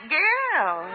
girl